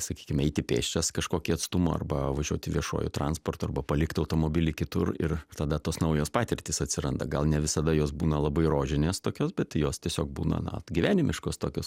sakykime eiti pėsčias kažkokį atstumą arba važiuoti viešuoju transportu arba palikt automobilį kitur ir tada tos naujos patirtys atsiranda gal ne visada jos būna labai rožinės tokios bet jos tiesiog būna gyvenimiškos tokios